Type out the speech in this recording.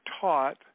taught